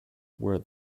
where